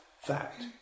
fact